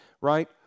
Right